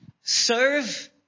Serve